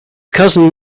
cousin